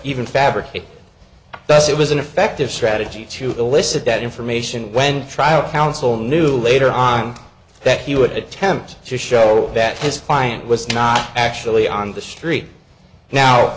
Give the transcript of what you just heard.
even fabricated thus it was an effective strategy to elicit that information when trial counsel knew later on that he would attempt to show that his client was not actually on the street now